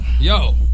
Yo